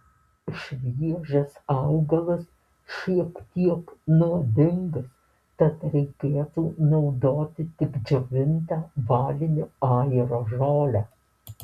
šviežias augalas šiek tiek nuodingas tad reikėtų naudoti tik džiovintą balinio ajero žolę